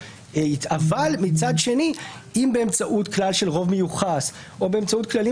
אבל מצד שני אם באמצעות כלל של רוב מיוחס או באמצעות כללים